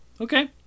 Okay